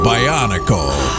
Bionicle